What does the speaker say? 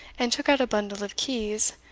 and took out a bundle of keys,